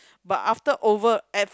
but after over at